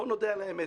בואו נודה על האמת